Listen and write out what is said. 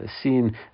seen